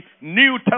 New